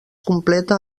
completa